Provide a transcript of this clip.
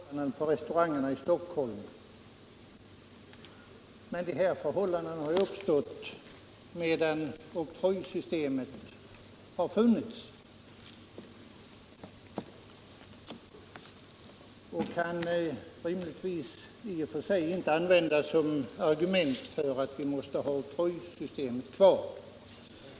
Herr talman! Herr Lindkvist har här givit en skrämmande bild av förhållandena på restaurangerna i Stockholm. Men dessa förhållanden har ju uppstått medan oktrojsystemet har tillämpats. De kan då rimligtvis inte användas som argument för att vi måste behålla oktrojsystemet.